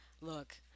look